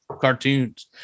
cartoons